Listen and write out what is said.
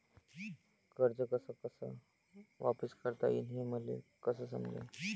कर्ज कस कस वापिस करता येईन, हे मले कस समजनं?